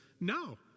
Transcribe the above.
no